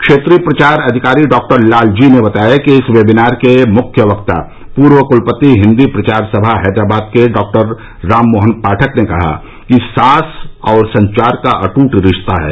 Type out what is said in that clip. क्षेत्रीय प्रचार अधिकारी डॉक्टर लालजी ने बताया कि इस वेबिनार के मुख्य वक्ता पूर्व कुलपति हिन्दी प्रचार सभा हैदराबाद के डॉक्टर राम मोहन पाठक ने कहा कि सांस और संचार का अट्ट रिश्ता है